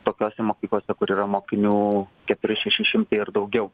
tokiose mokyklose kur yra mokinių keturi šeši šimtai ir daugiau